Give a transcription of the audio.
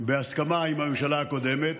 בהסכמה עם הממשלה הקודמת,